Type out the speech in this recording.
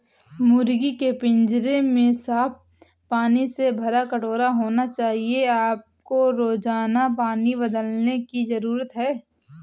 मुर्गी के पिंजरे में साफ पानी से भरा कटोरा होना चाहिए आपको रोजाना पानी बदलने की जरूरत है